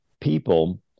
people